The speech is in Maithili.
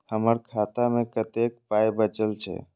हमर खाता मे कतैक पाय बचल छै